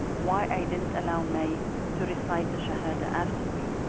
why i didn't allow may to recite the shahada after me.